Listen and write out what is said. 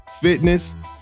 Fitness